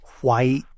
white